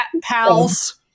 Pals